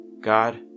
God